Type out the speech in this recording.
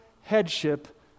headship